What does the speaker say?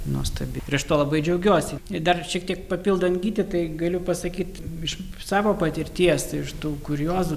nuostabi prieš to labai džiaugiuosi ir dar šiek tiek papildant gytį tai galiu pasakyt iš savo patirties iš tų kuriozų